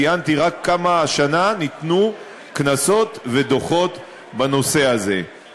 ציינתי כמה קנסות ודוחות ניתנו בנושא הזה רק השנה.